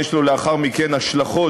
יש לו לאחר מכן השלכות,